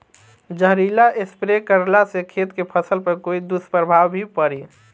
जहरीला स्प्रे करला से खेत के फसल पर कोई दुष्प्रभाव भी पड़ी?